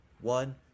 One